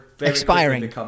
Expiring